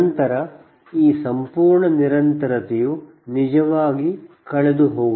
ನಂತರ ಈ ಸಂಪೂರ್ಣ ನಿರಂತರತೆಯು ನಿಜವಾಗಿ ಕಳೆದುಹೋಗುತ್ತದೆ